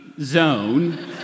zone